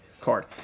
card